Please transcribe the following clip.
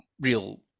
real